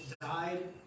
died